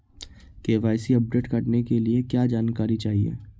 KYC update करने के लिए क्या जानकारी चाहिए?